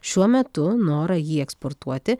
šiuo metu norą jį eksportuoti